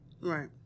Right